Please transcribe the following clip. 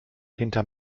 hinter